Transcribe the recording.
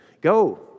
Go